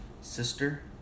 sister